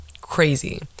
crazy